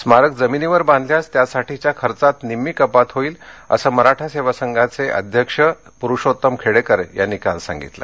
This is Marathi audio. स्मारक जमिनीवर बांधल्यास त्यासाठीच्या खर्चात निम्मी कपात होईल असं मराठा सेवा संघाचे अध्यक्ष पुरुषोत्तम खेडेकर यांनी काल सांगितलं